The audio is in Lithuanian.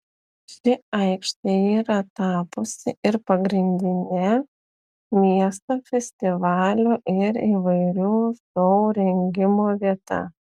ši aikštė yra tapusi ir pagrindine miesto festivalių ir įvairių šou rengimo vieta